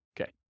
Okay